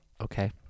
okay